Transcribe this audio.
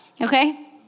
okay